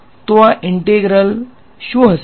તો આ ઈંટેગ્રલ શું હશે